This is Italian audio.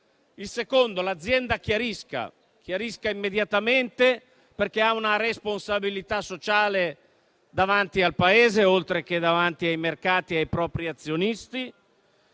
La seconda è che l'azienda chiarisca immediatamente, perché ha una responsabilità sociale davanti al Paese, oltre che davanti ai mercati e ai propri azionisti